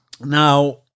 Now